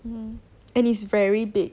um and is very big